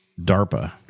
DARPA